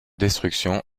destructions